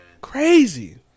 Crazy